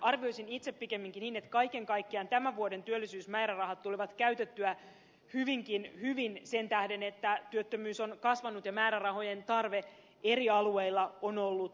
arvioisin itse pikemminkin niin että kaiken kaikkiaan tämän vuoden työllisyysmäärärahat tulee käytettyä hyvinkin hyvin sen tähden että työttömyys on kasvanut ja määrärahojen tarve eri alueilla on ollut suuri